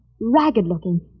ragged-looking